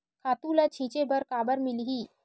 खातु ल छिंचे बर काबर मिलही?